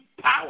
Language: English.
power